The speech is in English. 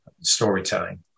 storytelling